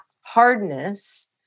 hardness